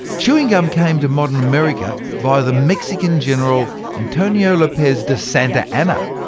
chewing gum came to modern america via the mexican general, antonio lopez de santa anna,